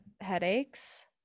headaches